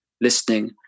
listening